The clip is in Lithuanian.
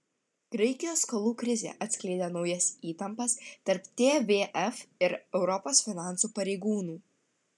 graikijos skolų krizė atskleidė naujas įtampas tarp tvf ir europos finansų pareigūnų